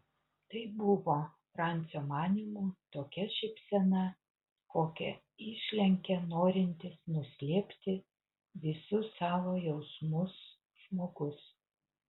tai buvo francio manymu tokia šypsena kokią išlenkia norintis nuslėpti visus savo jausmus žmogus